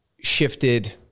shifted